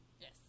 Yes